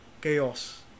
Chaos